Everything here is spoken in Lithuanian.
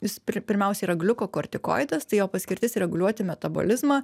jis pri pirmiausia yra gliukokortikoidas tai jo paskirtis reguliuoti metabolizmą